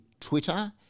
Twitter